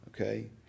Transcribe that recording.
okay